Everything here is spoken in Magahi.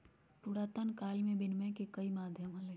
पुरातन काल में विनियम के कई माध्यम हलय